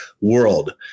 world